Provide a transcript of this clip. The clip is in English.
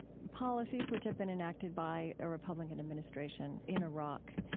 policies which have been enacted by a republican administration in iraq.